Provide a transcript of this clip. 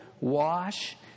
wash